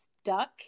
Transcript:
stuck